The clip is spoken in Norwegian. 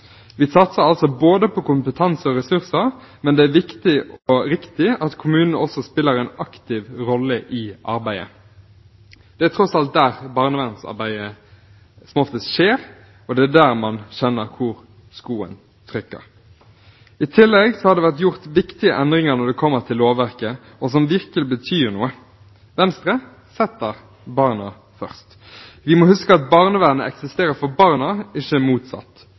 Vi satser altså på både kompetanse og ressurser, men det er viktig og riktig at kommunene også spiller en aktiv rolle i arbeidet. Det er tross alt der barnevernsarbeidet som oftest skjer, og det er der man kjenner hvor skoen trykker. I tillegg har det vært gjort viktige endringer når det kommer til lovverket, endringer som virkelig betyr noe. Venstre setter barna først. Vi må huske at barnevernet eksisterer for barna – ikke